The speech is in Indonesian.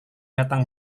datang